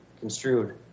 construed